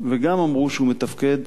וגם אמרו שהוא מתפקד